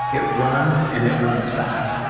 it runs and it runs fast.